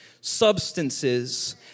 Substances